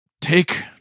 Take